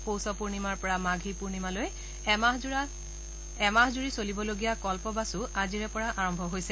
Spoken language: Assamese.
পৌষ পূৰ্ণিমাৰ পৰা মাঘী পূৰ্ণিমালৈ এমাহজোৰা চলিবলগীয়া কল্পবাচো আজিৰে পৰা আৰম্ভ হৈছে